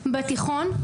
בתיכון,